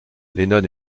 lennon